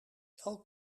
elk